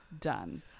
Done